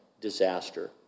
disaster